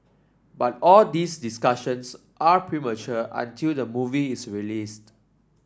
but all these discussions are premature until the movie is released